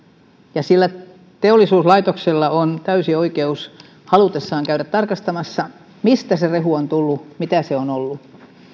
ja teollisuuslaitoksella on täysi oikeus halutessaan käydä tarkastamassa mistä se rehu on tullut mitä se on ollut